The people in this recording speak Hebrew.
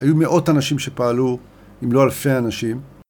היו מאות אנשים שפעלו, אם לא אלפי אנשים.